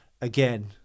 again